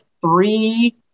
three